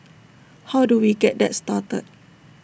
how do we get that started